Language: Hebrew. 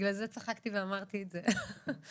בגלל זה צחקתי ואמרתי את זה.